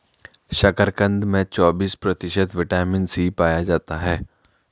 शकरकंद में चौबिस प्रतिशत विटामिन सी पाया जाता है